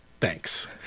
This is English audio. thanks